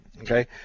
okay